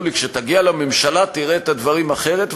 לי: כשתגיע לממשלה תראה את הדברים אחרת,